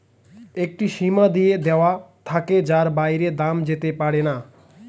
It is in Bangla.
একটি সীমা দিয়ে দেওয়া থাকে যার বাইরে দাম যেতে পারেনা